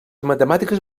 matemàtiques